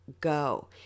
go